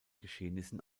geschehnissen